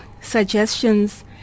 suggestions